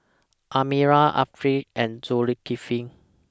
Amirah Afiqah and Zulkifli